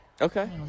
Okay